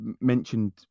mentioned